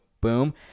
boom